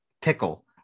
pickle